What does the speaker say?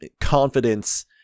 Confidence